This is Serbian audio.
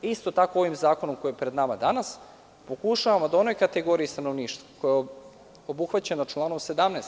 Isto tako ovim zakonom koji je pred nama danas pokušavamo da onoj kategoriji stanovništva, koja je obuhvaćena članom 17.